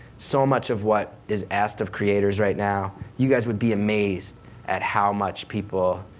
so much of what is asked of creators right now, you guys would be amazed at how much people,